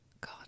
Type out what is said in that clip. God